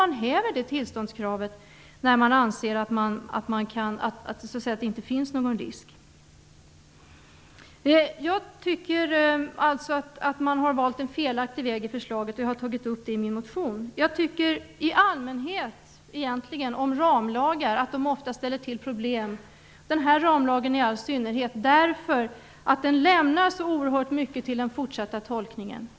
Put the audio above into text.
Man häver det tillståndskravet när man anser att det inte finns någon risk. Jag tycker alltså att man har valt en felaktig väg i förslaget, och jag har tagit upp det i min motion. Jag tycker egentligen att ramlagar i allmänhet ofta ställer till problem. Denna ramlag gör det i all synnerhet. Den lämnar så erhört mycket till den fortsatta tolkningen.